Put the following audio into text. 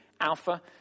Alpha